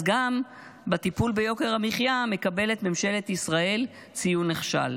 אז גם בטיפול ביוקר המחיה מקבלת ממשלת ישראל ציון נכשל.